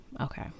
Okay